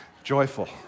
Joyful